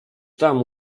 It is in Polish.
tam